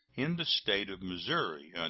in the state of missouri,